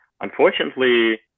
unfortunately